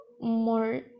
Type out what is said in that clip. more